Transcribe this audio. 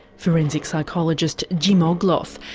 forensic psychologist jim ogloff.